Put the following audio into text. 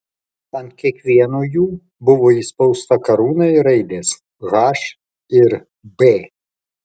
ant kiekvieno jų buvo įspausta karūna ir raidės h ir b